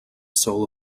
soul